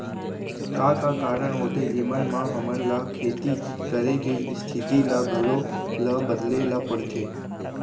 का का कारण होथे जेमन मा हमन ला खेती करे के स्तिथि ला घलो ला बदले ला पड़थे?